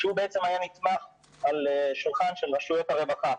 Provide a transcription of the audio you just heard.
שהוא היה נתמך על השולחן של רשויות הרווחה.